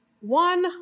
One